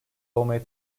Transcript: olmayı